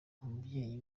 umubyeyi